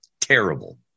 Terrible